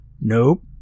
nope